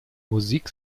musik